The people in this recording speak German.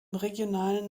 regionalen